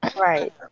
Right